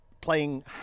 playing